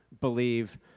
believe